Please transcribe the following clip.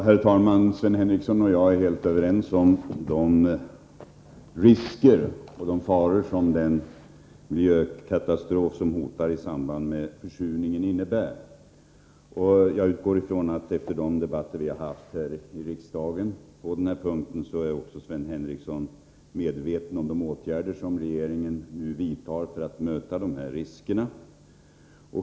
Herr talman! Sven Henricsson och jag är helt överens när det gäller de faror som den hotande miljökatastrofen i samband med försurningen innebär. Efter de debatter som vi har haft här i riksdagen utgår jag ifrån att Sven Henricsson är medveten om de åtgärder som regeringen nu vidtar för att möta riskerna.